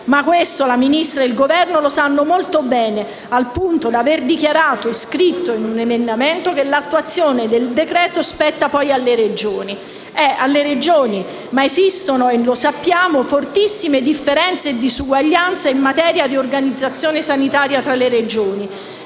Ma questo la Ministra e il Governo lo sanno molto bene, al punto da aver dichiarato e scritto in un emendamento che l'attuazione del decreto-legge spetta poi alle Regioni. Alle Regioni, sì, ma esistono, e lo sappiamo, fortissime differenze e diseguaglianze in materia di organizzazione sanitaria tra le Regioni.